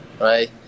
Right